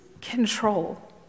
control